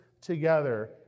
together